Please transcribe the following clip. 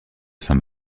saint